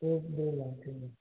एक डेढ़ घंटे में